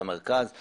אני